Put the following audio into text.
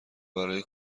برای